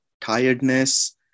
tiredness